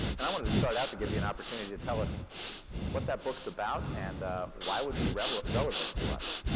and i wanted to start out to give you an opportunity to tell us what that book's about and why it would be relevant relevant to us.